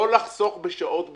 לא לחסוך בשעות ביקורת.